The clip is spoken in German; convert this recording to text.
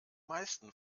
meisten